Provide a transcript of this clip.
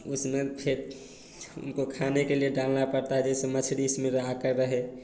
उसमें फ़िर उनको खाने के लिए डालना परता है जैसे मछली इसमें आकर रहे